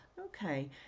Okay